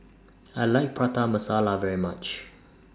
I like Prata Masala very much